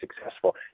successful